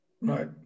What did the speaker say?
Right